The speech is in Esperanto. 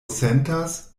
sentas